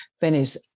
Venice